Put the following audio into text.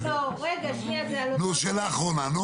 שאלה אחרונה.